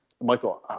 Michael